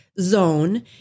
zone